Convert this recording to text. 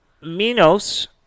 Minos